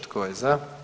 Tko je za?